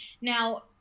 Now